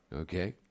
Okay